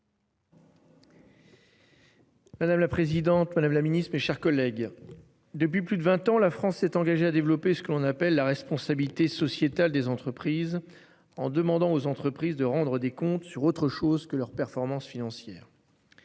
Madame la présidente Madame la Ministre, mes chers collègues. Depuis plus de 20 ans, la France s'est engagée à développer ce qu'on appelle la responsabilité sociétale des entreprises, en demandant aux entreprises de rendre des comptes sur autre chose que leurs performances financières.